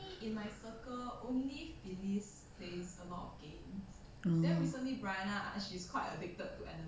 oh